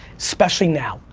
especially now.